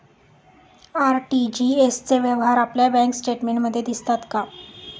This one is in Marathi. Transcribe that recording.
आर.टी.जी.एस चे व्यवहार आपल्या बँक स्टेटमेंटमध्ये दिसतात का?